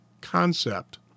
concept